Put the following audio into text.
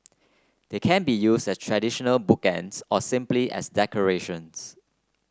they can be use as traditional bookends or simply as decoration